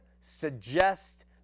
suggest